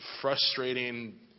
frustrating